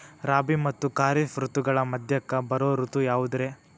ರಾಬಿ ಮತ್ತ ಖಾರಿಫ್ ಋತುಗಳ ಮಧ್ಯಕ್ಕ ಬರೋ ಋತು ಯಾವುದ್ರೇ?